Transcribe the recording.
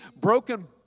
broken